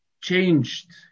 changed